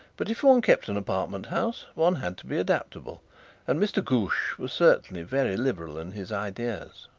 but if one kept an apartment-house one had to be adaptable and mr. ghoosh was certainly very liberal in his ideas.